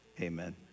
amen